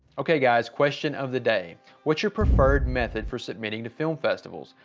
ok guys question of the day what's your preferred method for submitting to film festivals?